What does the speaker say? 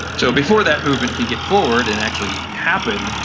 so before that movement can get forward and actually happen,